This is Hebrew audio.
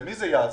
למי זה יעזור?